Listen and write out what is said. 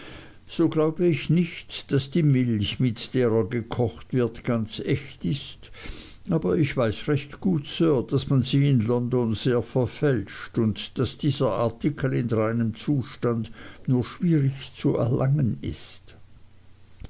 so glaube ich nicht daß die milch mit der er gekocht wird ganz echt ist aber ich weiß recht gut sir daß man sie in london sehr verfälscht und daß dieser artikel in reinem zustand nur schwierig zu erlangen ist